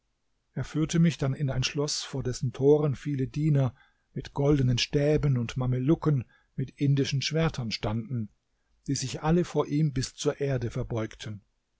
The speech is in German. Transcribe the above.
er führte mich dann in ein schloß vor dessen toren viele diener mit goldenen stäben und mamelucken mit indischen schwertern standen die sich alle vor ihm bis zur erde verbeugten